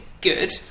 good